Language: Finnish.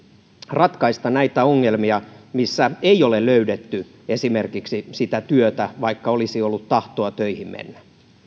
ratkaista näitä ongelmia kun ei ole löydetty esimerkiksi sitä työtä vaikka olisi ollut tahtoa töihin mennä